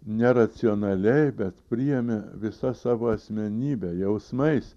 neracionaliai bet priėmė visą savo asmenybę jausmais